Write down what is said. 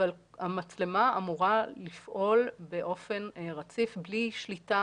אבל המצלמה אמורה לפעול באופן רציף בלי שליטה